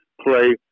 play